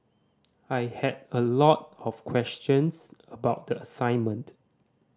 I had a lot of questions about the assignment